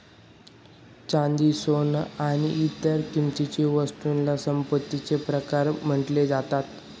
चांदी, सोन आणि इतर किंमती वस्तूंना संपत्तीचे प्रकार म्हटले जातात